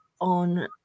on